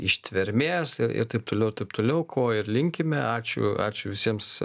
ištvermės ir ir taip toliau ir taip toliau ko ir linkime ačiū ačiū visiems